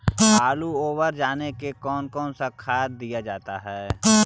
आलू ओवर जाने में कौन कौन सा खाद दिया जाता है?